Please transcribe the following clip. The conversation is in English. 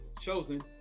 chosen